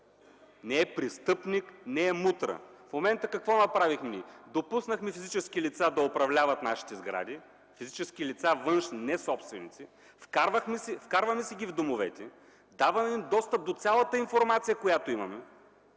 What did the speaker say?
не е престъпник, не е мутра. В момента какво направихме ние? Допуснахме външни физически лица да управляват нашите сгради, несобственици, вкарваме си ги в домовете, даваме им достъп до цялата информация, която имаме